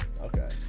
Okay